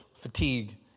fatigue